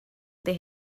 ydy